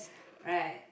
right